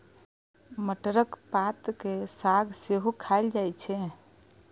मटरक पात केर साग सेहो खाएल जाइ छै